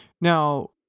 Now